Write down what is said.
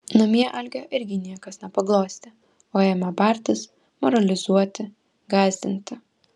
namie algio irgi niekas nepaglostė o ėmė bartis moralizuoti gąsdinti